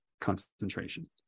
concentration